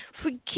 Forgive